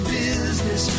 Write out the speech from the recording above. business